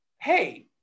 hey